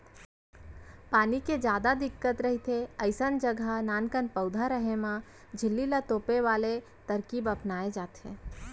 पानी के जादा दिक्कत रहिथे अइसन जघा नानकन पउधा रेहे म झिल्ली ल तोपे वाले तरकीब अपनाए जाथे